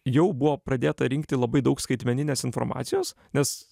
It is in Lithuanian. jau buvo pradėta rinkti labai daug skaitmeninės informacijos nes